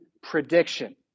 prediction